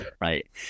right